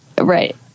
Right